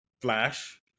flash